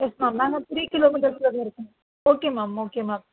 yes ma'am நாங்கள் three kilometres குள்ளே தான் இருக்கோம் ஓகே மேம் ஓகே மேம்